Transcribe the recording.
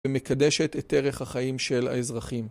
ומקדשת את ערך החיים של האזרחים.